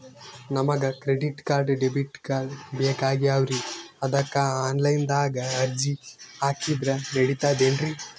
ನಮಗ credit card, debit card ಬೇಕಾಗ್ಯಾವ್ರೀ ಅದಕ್ಕ ಆನಲೈನದಾಗ ಅರ್ಜಿ ಹಾಕಿದ್ರ ನಡಿತದೇನ್ರಿ?